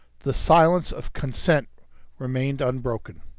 the silence of consent remained unbroken.